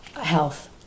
Health